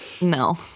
No